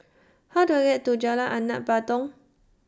How Do I get to Jalan Anak Patong